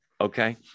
Okay